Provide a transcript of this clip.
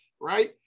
right